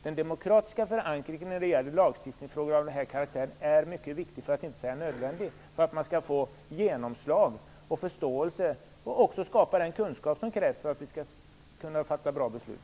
Den demokratiska förankringen när det gäller lagstiftningsfrågor av den här karaktären är mycket viktig för att inte säga nödvändig för att kunna åstadkomma genomslag och förståelse och även för att kunna skapa den kunskap som krävs för att vi skall kunna fatta bra beslut.